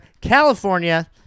California